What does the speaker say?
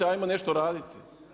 Hajmo nešto raditi.